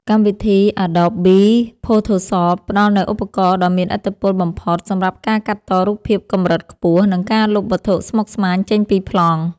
កម្មវិធី អាដបប៊ី ផូថូសប ផ្ដល់នូវឧបករណ៍ដ៏មានឥទ្ធិពលបំផុតសម្រាប់ការកាត់តរូបភាពកម្រិតខ្ពស់ និងការលុបវត្ថុស្មុគស្មាញចេញពីប្លង់។